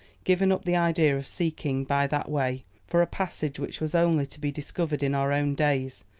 given up the idea of seeking by that way, for a passage which was only to be discovered in our own days,